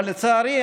אבל לצערי,